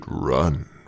Run